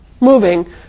moving